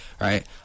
right